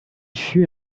fut